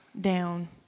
down